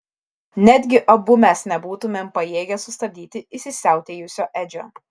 netgi abu mes nebūtumėm pajėgę sustabdyti įsisiautėjusio edžio